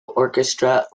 orchestra